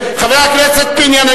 חבר הכנסת ביבי, שב.